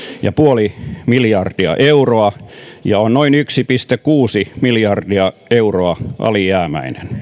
pilkku viisi miljardia euroa ja on noin yksi pilkku kuusi miljardia euroa alijäämäinen